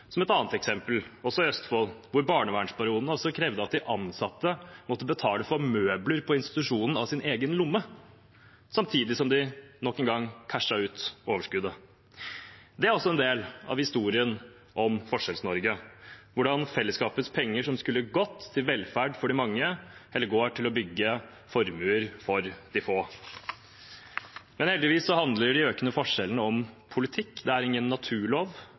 i et annet eksempel, også fra Østfold, hvor barnevernsbaronene krevde at de ansatte måtte betale for møbler på institusjonen av sin egen lomme, samtidig som de selv – nok en gang – cashet ut overskuddet. Det er også en del av historien om Forskjells-Norge: hvordan fellesskapets penger, som skulle ha gått til velferd for de mange, heller går til å bygge formuer for de få. Men heldigvis handler de økende forskjellene om politikk. Det er ingen naturlov,